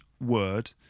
word